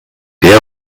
der